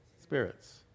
spirits